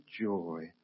joy